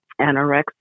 anorexia